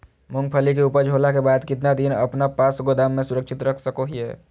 मूंगफली के ऊपज होला के बाद कितना दिन अपना पास गोदाम में सुरक्षित रख सको हीयय?